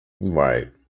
Right